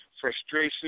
frustration